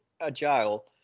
Agile